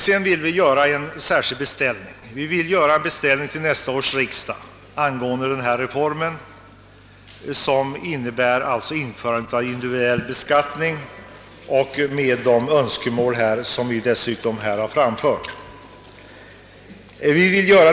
Vidare vill vi göra en särskild beställning till nästa års riksdag angående individuell beskattning med iakttagande av de önskemål som vi här har framfört.